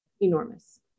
enormous